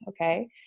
okay